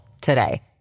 today